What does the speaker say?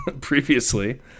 previously